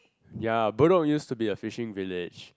ya Bedok used to be a fishing village